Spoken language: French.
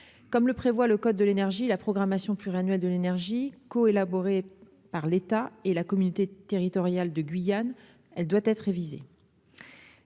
comme le prévoit le code de l'énergie, la programmation pluriannuelle de l'énergie, co-élaboré par l'État et la communauté territoriale de Guyane, elle doit être révisée,